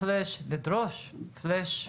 סלאש לדרוש סלאש